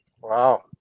Wow